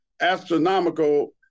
astronomical